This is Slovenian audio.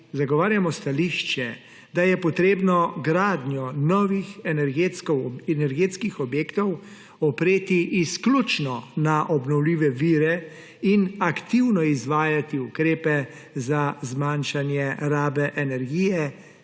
zagovarjamo stališče, da je potrebno gradnjo novih energetskih objektov opreti izključno na obnovljive vire in aktivno izvajati ukrepe za zmanjšanje rabe energije,